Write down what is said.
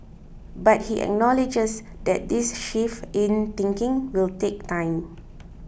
but he acknowledges that this shift in thinking will take time